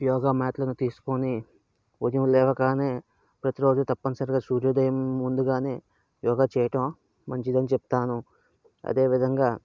యోగ మ్యాట్లను తీసుకుని ఉదయం లేవగానే ప్రతిరోజు తప్పనిసరిగా సూర్యోదయం ముందుగానే యోగ చేయటం మంచిది అని చెప్తాను అదేవిదంగా